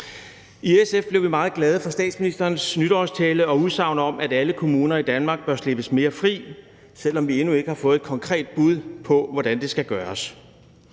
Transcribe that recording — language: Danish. I SF blev vi meget glade for statsministerens nytårstale og udsagn om, at alle kommuner i Danmark bør slippes mere fri, selv om vi endnu ikke har fået et konkret bud på, hvordan det skal gøres.